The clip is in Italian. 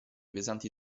pesanti